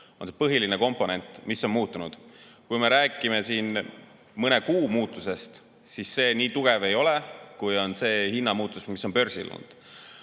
on põhiline komponent, mis on muutunud. Kui me räägime mõne kuu jooksul toimunud muutusest, siis see nii tugev ei ole, kui on see hinnamuutus, mis on börsil olnud.